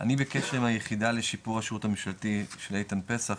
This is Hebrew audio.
אני בקשר עם היחידה לשיפור השירות הממשלתי של איתן פסח,